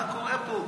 מה קורה פה?